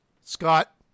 Scott